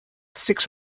six